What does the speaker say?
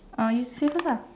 oh you say first lah